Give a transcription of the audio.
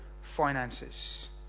finances